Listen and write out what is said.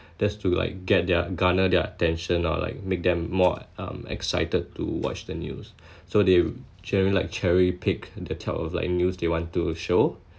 just to like get their garner their attention or like make them more um excited to watch the news so they generally like cherry-pick the type of like news they want to show